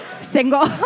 single